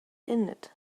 innit